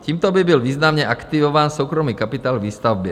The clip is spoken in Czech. Tímto by byl významně aktivován soukromý kapitál výstavbě.